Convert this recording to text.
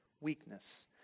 weakness